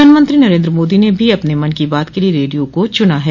प्रधानमंत्री नरेन्द्र मोदी ने भी अपने मन की बात के लिये रेडियो को चुना है